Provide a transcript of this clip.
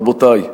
רבותי,